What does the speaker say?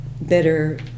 better